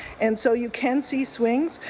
and so you can see swings.